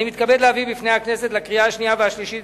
אני מתכבד להביא בפני הכנסת לקריאה השנייה והשלישית